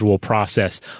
process